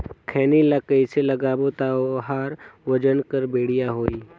खैनी ला कइसे लगाबो ता ओहार वजन हर बेडिया होही?